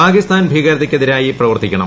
പാകിസ്ഥാൻ ഭീകരതയ്ക്കെതിരായി പ്രവർത്തിക്കണം